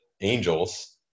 angels